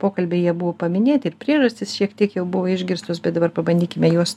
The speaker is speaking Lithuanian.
pokalby jie buvo paminėti ir priežastys šiek tiek jau buvo išgirstos bet dabar pabandykime juos